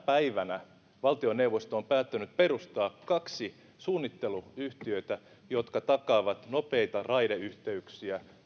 päivänä valtioneuvosto on päättänyt perustaa kaksi suunnitteluyhtiötä jotka takaavat nopeita raideyhteyksiä